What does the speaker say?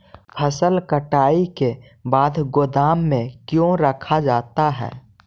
फसल कटाई के बाद गोदाम में क्यों रखा जाता है?